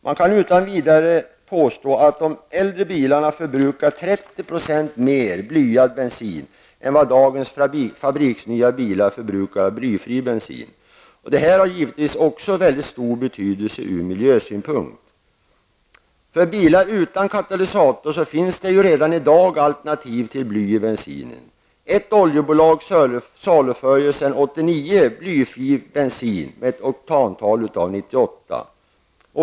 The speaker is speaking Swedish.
Man kan utan vidare påstå att de äldre bilarna förbrukar 30 % mer blyad bensin än vad dagens fabriksnya bilar förbrukar av blyfri bensin. Det har givetvis en väldigt stor betydelse ur miljösynpunkt. För bilar utan katalysator finns det redan i dag alternativ till bly i bensinen. Ett oljebolag saluför sedan 1989 blyfri bensin med oktantal 98.